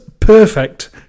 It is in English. Perfect